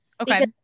Okay